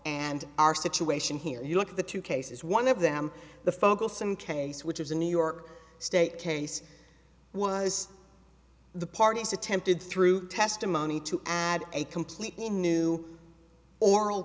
and our situation here you look at the two cases one of them the focal some case which is in new york state case was the parties attempted through testimony to add a completely new oral